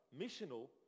missional